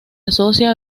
asocia